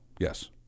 Yes